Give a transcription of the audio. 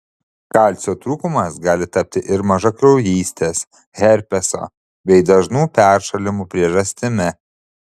kalcio trūkumas gali tapti ir mažakraujystės herpeso bei dažnų peršalimų priežastimi